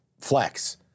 flex